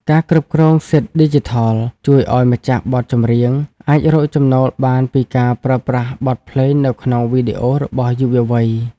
ការគ្រប់គ្រងសិទ្ធិឌីជីថល ជួយឱ្យម្ចាស់បទចម្រៀងអាចរកចំណូលបានពីការប្រើប្រាស់បទភ្លេងនៅក្នុងវីដេអូរបស់យុវវ័យ។